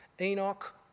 enoch